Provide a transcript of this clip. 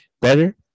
better